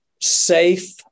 safe